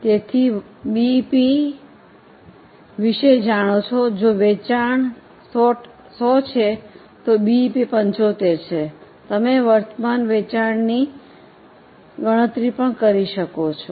તેથી બીઇપી વિષય જાણો છો જો વેચાણ 100 છે તો બીઇપી 75 છે તો તમે વર્તમાન વેચાણની ગણતરી પણ કરી શકો છો